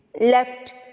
left